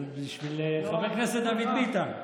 זה בשביל חבר הכנסת דוד ביטן.